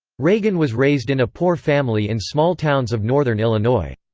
reagan was raised in a poor family in small towns of northern illinois.